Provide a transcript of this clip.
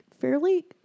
fairly